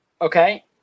Okay